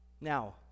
now